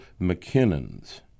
McKinnon's